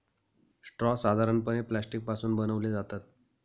straw साधारणपणे plastic पासून बनवले जातात